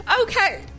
Okay